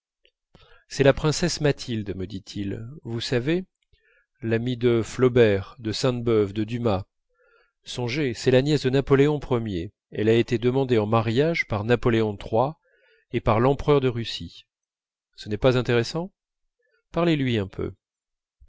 c'est la princesse mathilde me dit-il vous savez l'amie de flaubert de sainte-beuve de dumas songez c'est la nièce de napoléon ier elle a été demandée en mariage par napoléon iii et par l'empereur de russie ce n'est pas intéressant parlez-lui un peu